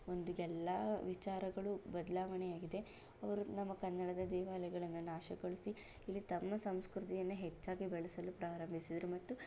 ಒಂದು ಎಲ್ಲ ವಿಚಾರಗಳು ಬದಲಾವಣೆಯಾಗಿದೆ ಅವರು ನಮ್ಮ ಕನ್ನಡದ ದೇವಾಲಗಳನ್ನ ನಾಶಗೊಳಿಸಿ ಇಲ್ಲಿ ತಮ್ಮ ಸಂಸ್ಕೃತಿಯನ್ನೇ ಹೆಚ್ಚಾಗಿ ಬಳಸಲು ಪ್ರಾರಂಭಿಸಿದ್ರು ಮತ್ತು